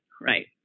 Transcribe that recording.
right